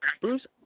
Bruce